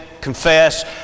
confess